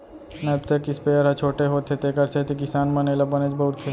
knapsack sprayer ह छोटे होथे तेकर सेती किसान मन एला बनेच बउरथे